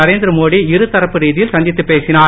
நரேந்திரமோடி இருதரப்பு ரீதியில் சந்தித்து பேசினார்